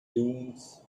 dunes